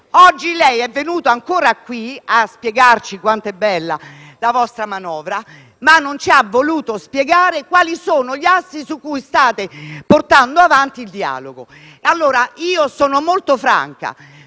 Oggi lei è venuto qui a spiegarci quanto è bella la vostra manovra, ma non ci ha voluto spiegare quali sono gli assi su cui state portando avanti il dialogo. Io sono molto franca: